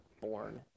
born